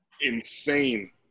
insane